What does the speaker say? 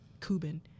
Cuban